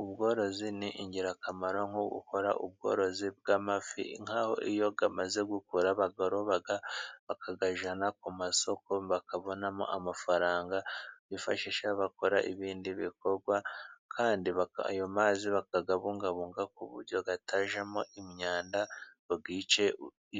Ubworozi ni ingirakamaro nko gukora ubworozi bw'amafi, nk'aho iyo amaze gukura bayaroba bakayajyana ku masoko bakabonamo amafaranga bifashisha, bakora ibindi bikorwa kandi ayo mazi bakayabungabunga ku buryo atajyamo imyanda ngo yice